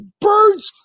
bird's